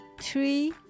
three